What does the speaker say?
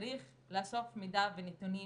צריך לאסוף מידע ונתונים,